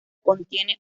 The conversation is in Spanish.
contiene